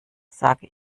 sage